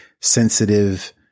sensitive